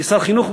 כשר חינוך,